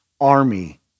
army